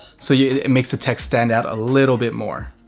so yeah it it makes the tech stand out a little bit more,